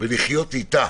ולחיות איתה,